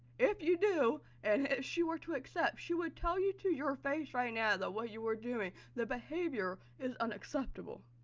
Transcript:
if you do and if she were to accept, she would tell you to your face right now that what you were doing, the behavior is unacceptable.